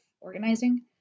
organizing